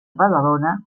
badalona